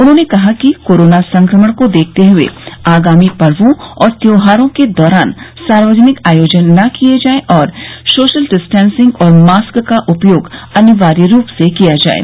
उन्होंने कहा कि कोरोना संक्रमण को देखते हए आगामी पर्वो और त्यौहारों के दौरान सार्वजनिक आयोजन न किये जाये और सोशल डिस्टेंसिंग और मास्क का उपयोग अनिवार्य रूप से किया जाये